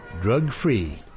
Drug-free